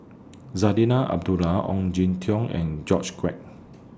Zarinah Abdullah Ong Jin Teong and George Quek